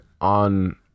on